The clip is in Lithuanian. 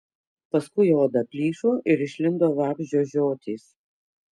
paskui oda plyšo ir išlindo vabzdžio žiotys